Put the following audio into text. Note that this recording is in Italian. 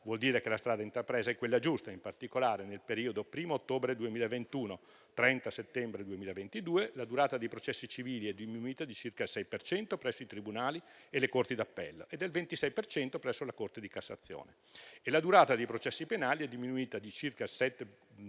vuol dire che la strada intrapresa è quella giusta. In particolare, nel periodo 1° ottobre 2021-30 settembre 2022 la durata dei processi civili è diminuita di circa il 6 per cento presso i tribunali e le corti d'appello e del 26 per cento presso la Corte di cassazione e la durata dei processi penali è diminuita del 7,5